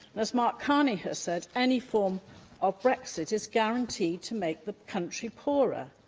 as mark carney has said, any form of brexit is guaranteed to make the country poorer.